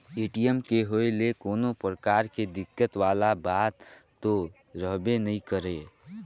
ATM के होए ले कोनो परकार के दिक्कत वाला बात तो रहबे नइ करे